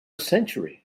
century